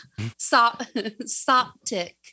Soptic